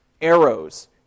arrows